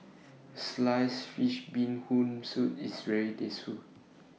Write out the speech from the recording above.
Sliced Fish Bee Hoon Soup IS very